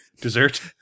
dessert